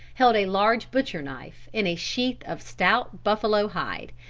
held a large butcher knife in a sheath of stout buffalo hide,